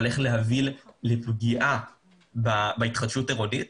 הולך להביא לפגיעה בהתחדשות העירונית,